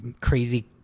crazy